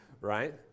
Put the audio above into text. right